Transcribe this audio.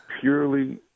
purely